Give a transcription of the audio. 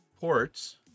ports